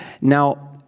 now